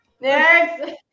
Next